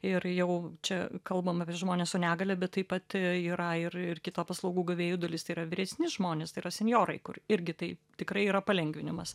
ir jau čia kalbam apie žmones su negalia bet taip pat yra ir ir kita paslaugų gavėjų dalis tai yra vyresni žmonės tai yra senjorai kur irgi tai tikrai yra palengvinimas